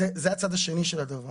זה הצד השני של הדבר.